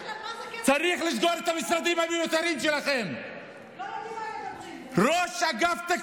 אתה יודע בכלל מה זה כסף, לא יודעים מה הם מדברים.